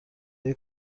های